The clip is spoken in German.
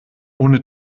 ohne